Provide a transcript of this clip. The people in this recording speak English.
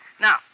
Now